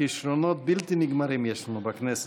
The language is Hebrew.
כישרונות בלתי נגמרים יש לנו בכנסת.